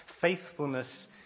faithfulness